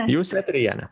jūs eteryje